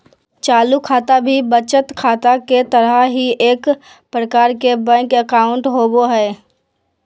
चालू खाता भी बचत खाता के तरह ही एक प्रकार के बैंक अकाउंट होबो हइ